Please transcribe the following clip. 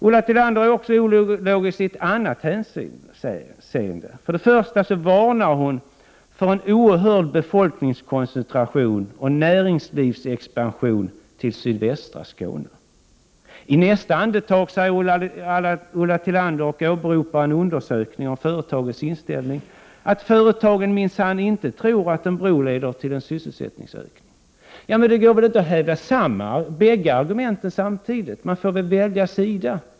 Ulla Tillander är också ologisk i ett annat hänseende. Hon varnar för en oerhörd befolkningskoncentration och näringslivsexpansion till sydvästra Skåne. I nästa andetag åberopar hon en undersökning om företagens inställning och säger att dessa minsann inte tror att en bro leder till en sysselsättningsökning. Det går inte att hävda bägge argumenten samtidigt, utan hon måste välja sida.